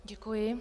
Děkuji.